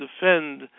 defend